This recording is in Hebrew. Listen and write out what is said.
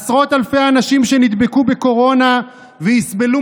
עשרות אלפי אנשים שנדבקו מקורונה ויסבלו